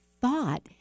thought